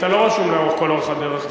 אתה לא רשום לאורך כל הדרך.